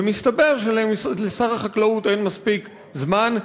ומסתבר שלשר החקלאות אין מספיק זמן,